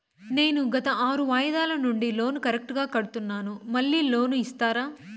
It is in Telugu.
నేను గత ఆరు వాయిదాల నుండి లోను కరెక్టుగా కడ్తున్నాను, మళ్ళీ లోను ఇస్తారా?